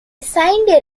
signed